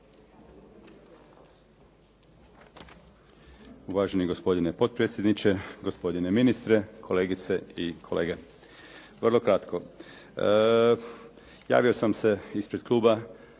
Uvaženi gospodine potpredsjedniče, gospodine ministre, kolegice i kolege. Vrlo kratko. Javio sam se ispred kluba